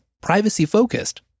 privacy-focused